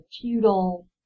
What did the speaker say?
feudal